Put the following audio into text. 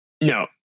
No